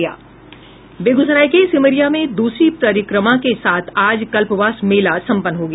बेगूसराय के सिमरिया में दूसरी परिक्रमा के साथ आज कल्पवास मेला सम्पन्न हो गया